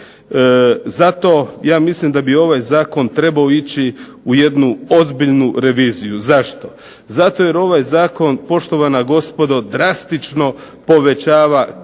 Zato ja mislim da bi ovaj Zakon trebao ići u jednu ozbiljnu reviziju. Zašto? Zato jer ovaj Zakon drastično povećava kazne